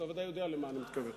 ואתה ודאי יודע למה אני מתכוון.